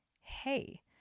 hey